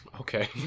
Okay